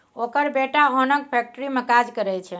ओकर बेटा ओनक फैक्ट्री मे काज करय छै